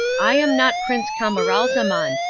i am not prince camaralzaman,